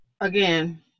again